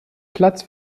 platz